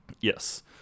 Yes